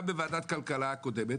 גם בוועדת הכלכלה הקודמת.